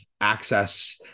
access